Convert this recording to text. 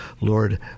Lord